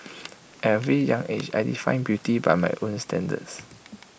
at A very young age I defined beauty by my own standards